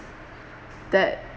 that